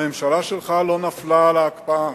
הממשלה שלך לא נפלה על ההקפאה